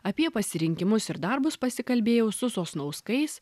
apie pasirinkimus ir darbus pasikalbėjau su sosnauskais